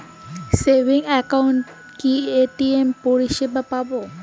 Savings একাউন্টে কি ATM পরিসেবা পাব?